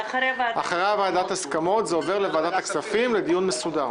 אחרי ועדת הסכמות זה עובר לוועדת הכספים לדיון מסודר.